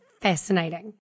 fascinating